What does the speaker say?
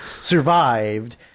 survived